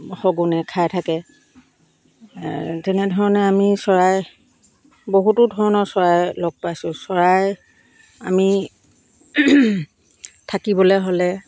শগুনে খাই থাকে তেনেধৰণে আমি চৰাই বহুতো ধৰণৰ চৰাই লগ পাইছোঁ চৰাই আমি থাকিবলৈ হ'লে